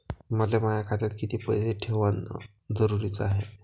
मले माया खात्यात कितीक पैसे ठेवण जरुरीच हाय?